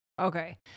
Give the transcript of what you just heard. Okay